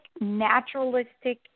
naturalistic